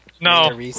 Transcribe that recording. No